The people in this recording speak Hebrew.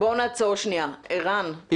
ערן, בבקשה.